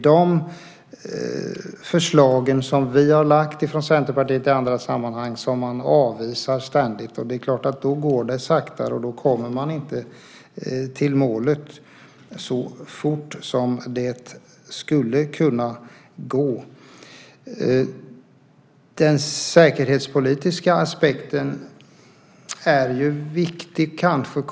De förslag som vi har lagt från Centerpartiet i andra sammanhang avvisar man ständigt, och då går det saktare och man kommer inte till målet så fort som det skulle kunna gå. Den säkerhetspolitiska aspekten är viktig.